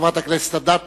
חברת הכנסת אדטו,